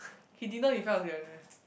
he didn't know in front was